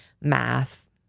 math